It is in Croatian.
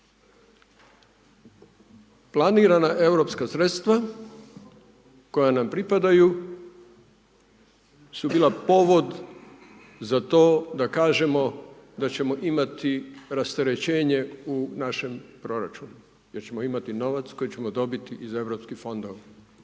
Planirana europska sredstva koja nam pripadaju su bila povod za to da kažemo da ćemo imati rasterećenje u našem proračunu jer ćemo imati novac koji ćemo dobiti iz europskih fondova.